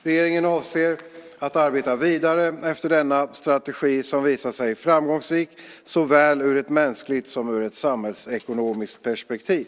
Regeringen avser att arbeta vidare efter denna strategi som visat sig framgångsrik såväl ur ett mänskligt som ur ett samhällsekonomiskt perspektiv.